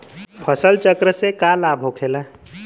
फसल चक्र से का लाभ होखेला?